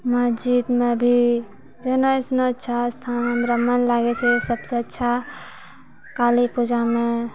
मस्जिदमे भी जहिनो ऐसनो अच्छा स्थान हमरा मन लागै छै सबसँ अच्छा काली पूजामे